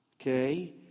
okay